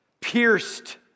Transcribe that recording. pierced